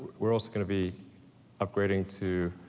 we're also gonna be upgrading to